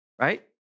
right